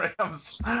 rams